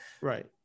Right